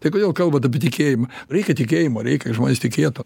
tai kodėl kalbat apie tikėjimą reikia tikėjimo reikia žmonės tikėtų